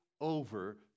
over